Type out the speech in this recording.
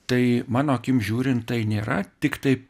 tai mano akim žiūrint tai nėra tiktai